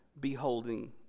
beholding